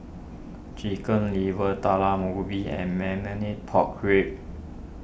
Chicken Liver Talam Ubi and Marmite Pork Ribs